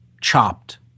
chopped